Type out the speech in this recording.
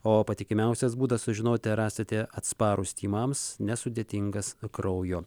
o patikimiausias būdas sužinoti ar esate atsparūs tymams nesudėtingas kraujo